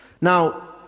Now